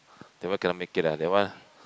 that one cannot make it lah that one